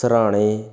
ਸਰਾਣੇ